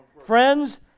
Friends